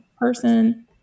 person